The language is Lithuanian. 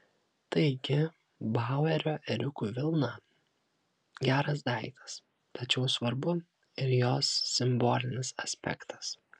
taigi bauerio ėriukų vilna geras daiktas tačiau svarbu ir jos simbolinis aspektas